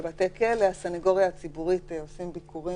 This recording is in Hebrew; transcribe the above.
בבתי כלא הסנגוריה הציבורית עושה ביקורים